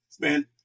man